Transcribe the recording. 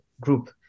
group